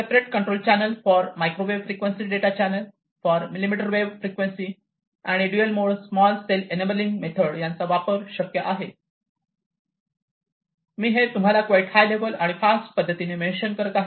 separate control channel four microwave frequency data channel four millimetre wave frequency आणि dual mode small cell enabling method यांचा वापर शक्य आहे मी हे तुम्हाला क्वाईट हाय लेलव आणि फास्ट पद्धतीने मेंशन करत आहे